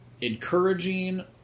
encouraging